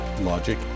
logic